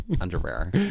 underwear